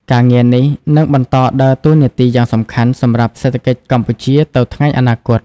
ការងារនេះនឹងបន្តដើរតួនាទីយ៉ាងសំខាន់សម្រាប់សេដ្ឋកិច្ចកម្ពុជាទៅថ្ងៃអនាគត។